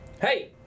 Hey